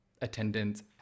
attendance